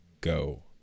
go